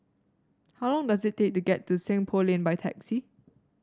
how long does it take to get to Seng Poh Lane by taxi